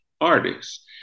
artists